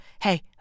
hey